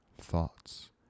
thoughts